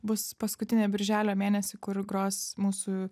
bus paskutinį birželio mėnesį kur gros mūsų